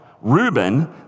Reuben